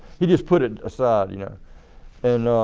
he just put it aside. you know and